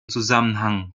zusammenhang